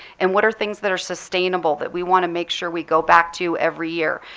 and what are things that are sustainable that we want to make sure we go back to every year?